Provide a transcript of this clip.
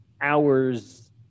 hours